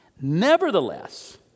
Nevertheless